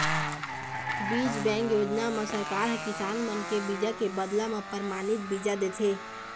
बीज बेंक योजना म सरकार ह किसान मन के बीजा के बदला म परमानित बीजा देथे